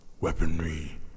Weaponry